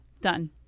Done